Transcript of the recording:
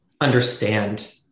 understand